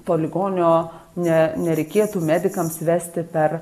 po ligonio ne nereikėtų medikams vesti per